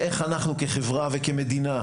איך אנחנו כחברה וכמדינה,